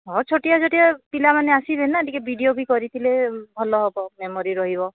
ହଁ ଛୋଟିଆ ଛୋଟିଆ ପିଲାମାନେ ଆସିବେନା ଟିକେ ଭିଡିଓ ବି କରିଥିଲେ ଭଲ ହେବ ମେମୋରୀ ରହିବ